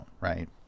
right